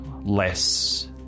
less